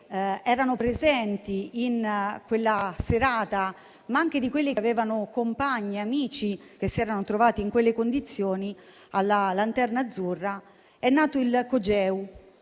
erano presenti a quella serata, ma anche di quelli i cui compagni e amici si erano trovati in quelle condizioni alla Lanterna Azzurra, è nato il Cogeu